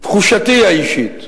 תחושתי האישית,